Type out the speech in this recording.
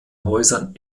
häusern